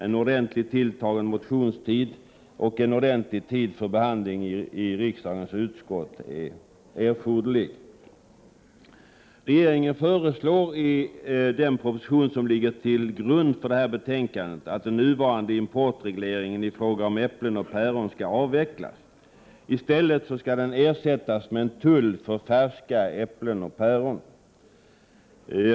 En ordentligt tilltagen motionstid och ordentlig tid för behandling i riksdagens utskott är erforderlig. Regeringen föreslår i den proposition som ligger till grund för betänkandet att den nuvarande importregleringen beträffande äpplen och päron skall avvecklas och ersättas med en tull för färska äpplen och päron.